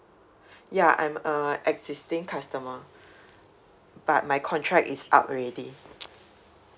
ya I'm a existing customer but my contract is up already